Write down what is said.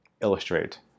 illustrate